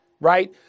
right